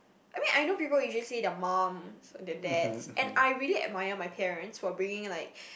I mean I know people usually say their moms or their dads and I really admire my parents for bringing like